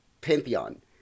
pantheon